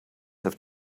have